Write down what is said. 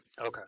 okay